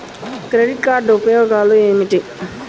Credit card ఉపయోగాలు ఏమిటి?